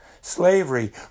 slavery